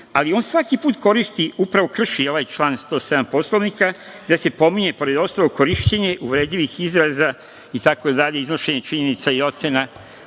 ali on svaki put koristi, upravo krši ovaj član 107. Poslovnika, gde se pominje, pored ostalog, korišćenje uvredljivih izraza, iznošenje činjenica i ocena